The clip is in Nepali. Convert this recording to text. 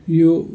यो